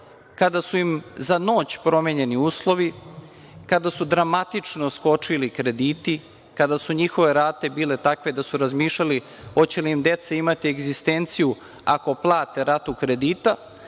kada su im za noć promenjeni uslovi, kada su dramatično skočili krediti, kada su njihove rate bile takve da su razmišljali hoće li im deca imati egzistenciju ako plate ratu kredita